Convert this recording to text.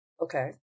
Okay